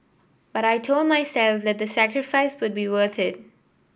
but I told myself that the sacrifice would be worth it